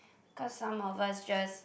cause some of us just